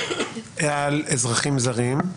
על אזרחים זרים.